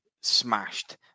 smashed